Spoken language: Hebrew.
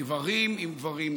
גברים עם גברים,